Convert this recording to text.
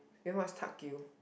you must tuck you